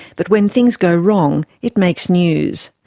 but when things go wrong, it makes news.